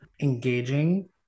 engaging